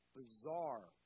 bizarre